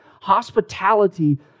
hospitality